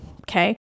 okay